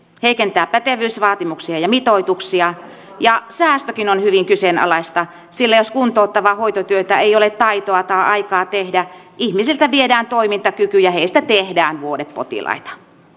heikentää pätevyysvaatimuksia ja mitoituksia ja säästökin on hyvin kyseenalaista sillä jos kuntouttavaa hoitotyötä ei ole taitoa tai aikaa tehdä ihmisiltä viedään toimintakyky ja heistä tehdään vuodepotilaita